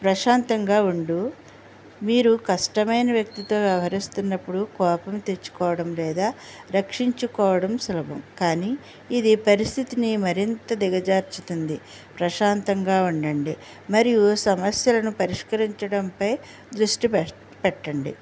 ప్రశాంతంగా ఉండు మీరు కష్టమైన వ్యక్తితో వ్యవహరిస్తున్నప్పుడు కోపం తెచ్చుకోవడం లేదా రక్షించుకోవడం సులభం కానీ ఇది పరిస్థితిని మరింత దిగజార్చుతుంది ప్రశాంతంగా ఉండండి మరియు సమస్యలను పరిష్కరించడం పై దృష్టి పెట పెట్టండి